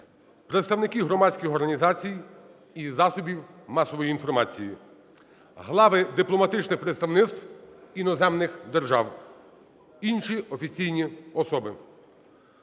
представники громадських організацій і засобів масової інформації, глави дипломатичних представництв іноземних держав, інші офіційні особи.